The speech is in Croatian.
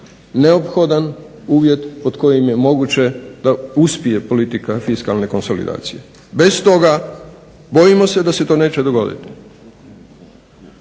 neophodan uvjet pod kojim je moguće da uspije politika fiskalne konsolidacije. Bez toga bojimo se da se to neće dogoditi.